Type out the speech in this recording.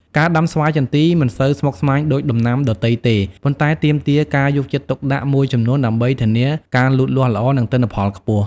ការដាំស្វាយចន្ទីមិនសូវស្មុគស្មាញដូចដំណាំដទៃទេ ប៉ុន្តែទាមទារការយកចិត្តទុកដាក់មួយចំនួនដើម្បីធានាការលូតលាស់ល្អ និងទិន្នផលខ្ពស់។